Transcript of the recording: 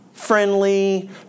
friendly